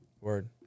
Word